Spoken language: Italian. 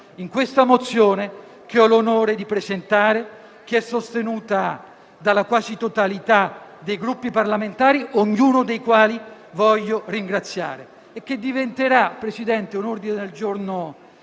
in questa mozione che ho l'onore di presentare e che è sostenuta dalla quasi totalità dei Gruppi parlamentari, ognuno dei quali voglio ringraziare. Una mozione che diventerà un ordine del giorno